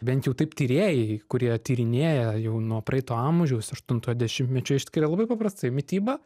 bent jau taip tyrėjai kurie tyrinėja jau nuo praeito amžiaus aštunto dešimtmečio išskiria labai paprastai mityba